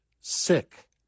sick